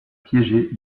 piégé